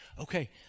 okay